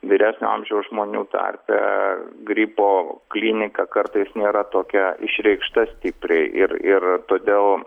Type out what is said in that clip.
vyresnio amžiaus žmonių tarpe gripo klinika kartais nėra tokia išreikšta stipriai ir ir todėl